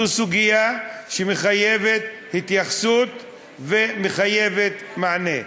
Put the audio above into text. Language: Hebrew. זו סוגיה שמחייבת התייחסות ומחייבת מענה.